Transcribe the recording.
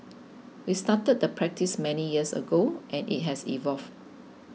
we started the practice many years ago and it has evolved